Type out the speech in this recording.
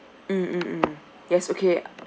mm mm mm yes okay